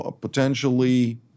potentially